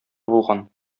булган